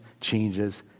changes